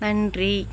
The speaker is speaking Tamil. நன்றி